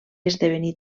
esdevenir